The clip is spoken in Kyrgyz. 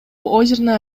озерное